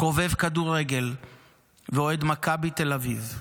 חובב כדורגל ואוהד מכבי תל אביב.